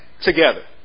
together